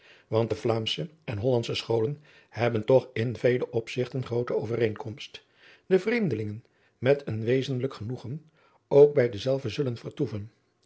want de vlaamsche en hollandsche scholen hebben toch in vele opzigten groote overeenkomst de vreemdelingen met een weadriaan loosjes pzn het leven van maurits lijnslager zenlijk genoegen ook bij dezelve zullen vertoeven